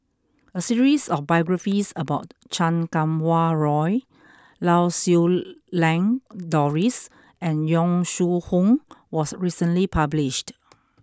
a series of biographies about Chan Kum Wah Roy Lau Siew Lang Doris and Yong Shu Hoong was recently published